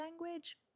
language